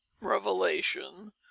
revelation